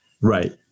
Right